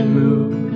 move